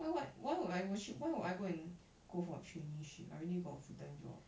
why why why would I worship why would I go and go for traineeship I already got a full time job